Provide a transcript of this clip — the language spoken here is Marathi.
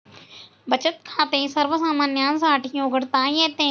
बचत खाते सर्वसामान्यांसाठी उघडता येते